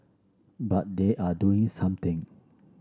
but they are doing something